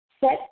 set